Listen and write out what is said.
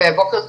בוקר טוב.